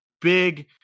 big